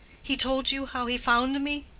he told you how he found me?